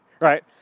Right